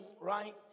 right